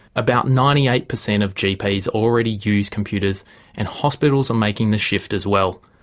about ninety eight percent of gps already use computers and hospitals are making the shift as well.